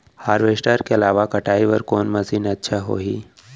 Harvester के अलावा कटाई बर कोन मशीन अच्छा होही?